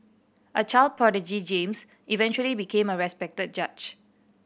a child prodigy James eventually became a respected judge